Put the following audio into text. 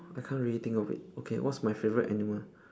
I can't really think of it okay what's my favorite animal